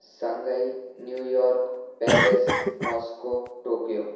Shanghai New York Paris Moscow Tokyo